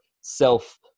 self